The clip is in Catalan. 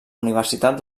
universitat